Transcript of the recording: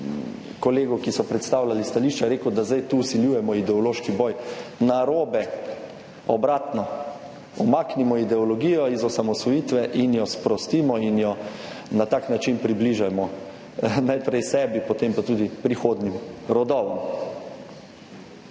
kolegov, ki so predstavljali stališča, rekel – da zdaj tu vsiljujemo ideološki boj. Narobe. Obratno, umaknimo ideologijo iz osamosvojitve in jo sprostimo in jo na tak način približajmo najprej sebi, potem pa tudi prihodnjim rodovom.